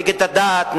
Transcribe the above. נגד הדת,